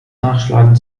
nachschlagen